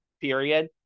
period